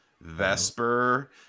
Vesper